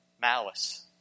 malice